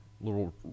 little